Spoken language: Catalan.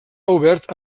obert